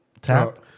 tap